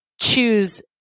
choose